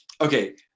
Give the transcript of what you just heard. Okay